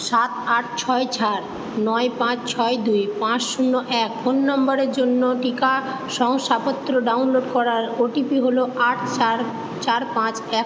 সাত আট ছয় চার নয় পাঁচ ছয় দুই পাঁচ শূন্য এক ফোন নম্বরের জন্য টিকা শংসাপত্র ডাউনলোড করার ও টি পি হলো আট চার চার পাঁচ এক